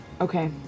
Okay